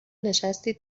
نشستید